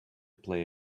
play